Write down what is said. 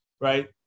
right